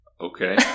Okay